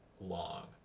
long